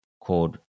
called